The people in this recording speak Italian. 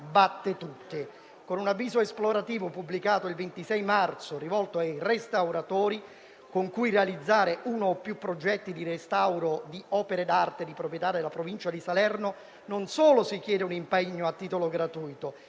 con un avviso esplorativo, pubblicato il 26 marzo e rivolto ai restauratori, con cui realizzare uno o più progetti di restauro di opere d'arte di proprietà della Provincia di Salerno, non solo si chiede un impegno a titolo gratuito,